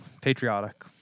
patriotic